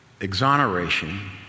Exoneration